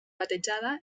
batejada